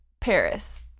Paris